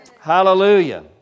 Hallelujah